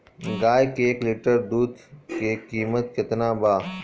गाय के एक लिटर दूध के कीमत केतना बा?